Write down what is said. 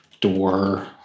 door